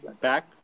Back